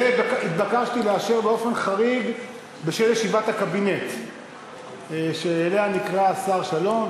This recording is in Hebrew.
את זה התבקשתי לאשר באופן חריג בשל ישיבת הקבינט שאליה נקרא השר שלום,